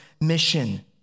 mission